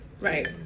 Right